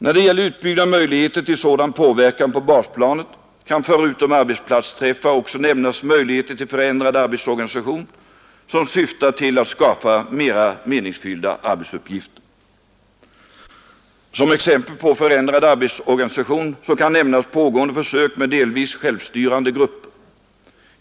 När det gäller utbyggnaden av möjligheter till sådan påverkan på basplanet kan förutom arbetsplatsträffar också nämnas möjligheter till förändrad arbetsorganisation som syftar till att skapa mera meningsfyllda arbetsuppgifter. Som exempel på förändrad arbetsorganisation kan nämnas pågående försök med delvis självstyrande grupper.